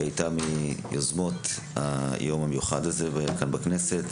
היא היתה מיוזמות היום המיוחד הזה כאן בכנסת.